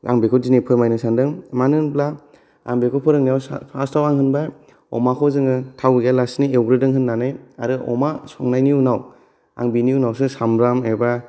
आं बेखौ दिनै फोरमायनो सानदों मानो होनब्ला आं बेखौ फोरोंनायाव फार्स्टाव आं होनबाय अमाखौ जोङो थाव गैयालासिनो एवग्रोदों होननानै आरो अमा संनायनि उनाव आं बिनि उनावसो सामब्राम एबा